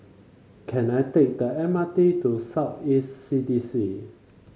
can I take the M R T to South East C D C